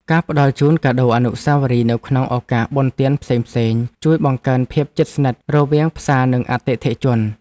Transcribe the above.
ការផ្ដល់ជូនកាដូអនុស្សាវរីយ៍នៅក្នុងឱកាសបុណ្យទានផ្សេងៗជួយបង្កើនភាពជិតស្និទ្ធរវាងផ្សារនិងអតិថិជន។